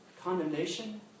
condemnation